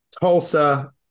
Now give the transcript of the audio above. Tulsa